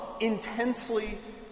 intensely